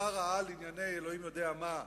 שר-העל לענייני אלוהים-יודע-מה,